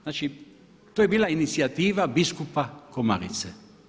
Znači to je bila inicijativa biskupa Komarice.